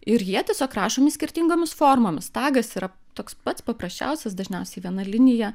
ir jie tiesiog rašomi skirtingomis formomis tagas yra toks pats paprasčiausias dažniausiai viena linija